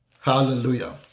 Hallelujah